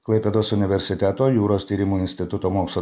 klaipėdos universiteto jūros tyrimų instituto mokslo